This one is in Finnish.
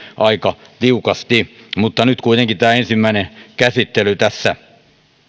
aika tiukasti mutta nyt kuitenkin tämä ensimmäinen käsittely tässä